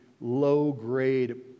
low-grade